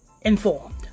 informed